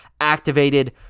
activated